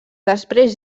després